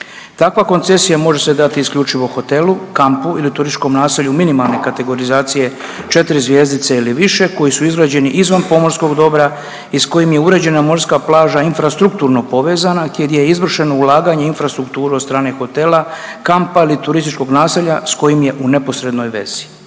Takva koncesija može se dati isključivo hotelu, kampu ili turističkom naselju minimalne kategorizacije četiri zvjezdice ili više koji su izgrađeni izvan pomorskog dobra i s kojim je uređena morska plaža infrastrukturno povezana te gdje je izvršeno ulaganje u infrastrukturu od strane hotela, kampa ili turističkog naselja s kojim je u neposrednoj vezi.